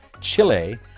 Chile